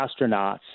astronauts